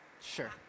sure